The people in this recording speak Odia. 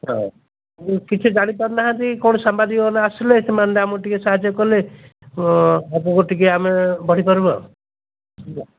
ହଁ କିଛି ଜାଣିପାରୁନାହାନ୍ତି କ'ଣ ସାମ୍ବାଦିକମାନେ ଆସିଲେ ସେମାନେ ଆମକୁ ଟିକେ ସାହାଯ୍ୟ କଲେ ଆଗକୁ ଟିକେ ଆମେ ବଢ଼ିପାରିବୁ ଆଉ